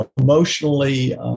emotionally